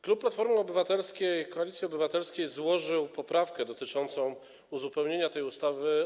Klub Platformy Obywatelskiej - Koalicji Obywatelskiej złożył poprawkę dotyczącą uzupełnienia tej ustawy.